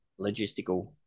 logistical